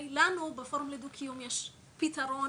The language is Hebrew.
לנו בפורום לדו קיום יש פתרון,